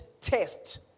test